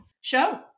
show